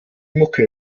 mucke